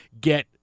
get